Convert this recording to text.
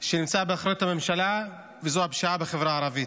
שנמצא באחריות הממשלה וזו הפשיעה בחברה הערבית,